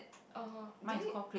oh did we